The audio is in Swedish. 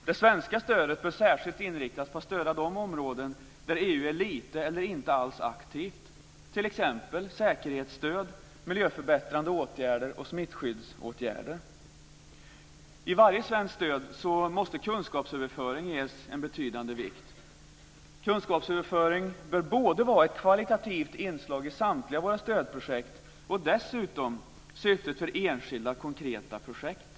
Det svenska stödet bör särskilt inriktas på att stödja de områden där EU är lite eller inte alls aktivt, t.ex. säkerhetsstöd, miljöförbättrande åtgärder och smittskyddsåtgärder. I varje svenskt stöd måste kunskapsöverföring ges en betydande vikt. Kunskapsöverföring bör vara ett kvalitativt inslag i samtliga våra stödprojekt och dessutom syftet för enskilda, konkreta projekt.